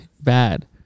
bad